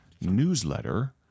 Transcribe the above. newsletter